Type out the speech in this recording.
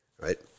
Right